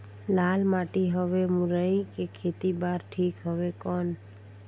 लाल माटी हवे मुरई के खेती बार ठीक हवे कौन?